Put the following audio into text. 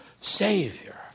savior